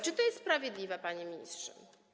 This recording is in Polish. Czy to jest sprawiedliwe, panie ministrze?